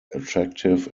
attractive